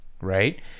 Right